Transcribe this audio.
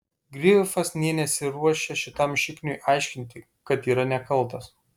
grifas nė nesiruošė šitam šikniui aiškinti kad yra nekaltas